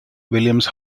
williams